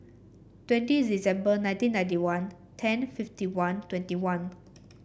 twenty December nineteen ninety one ten fifty one twenty one